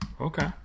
Okay